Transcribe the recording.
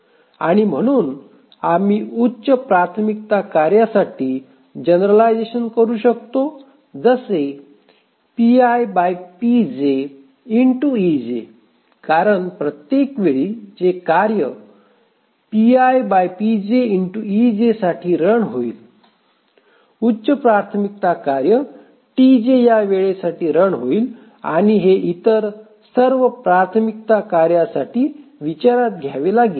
आणि म्हणून आम्ही उच्च प्राथमिकता कार्यासाठी जनरलायझेशन करू शकतो जसे कारण प्रत्येकवेळी जे कार्य साठी रन होईल उच्च प्राथमिकता कार्य T j या वेळेसाठी रन होईल आणि हे इतर सर्व प्राथमिकता कार्यासाठी विचारात घ्यावे लागेल